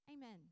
Amen